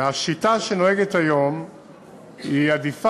השיטה שנוהגת היום עדיפה